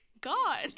God